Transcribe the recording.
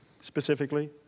specifically